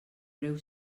breu